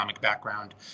background